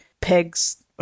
Peg's